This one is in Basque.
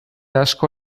asko